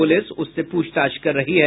police उससे पूछताछ कर रही है